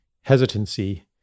hesitancy